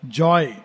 joy